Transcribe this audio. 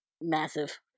Massive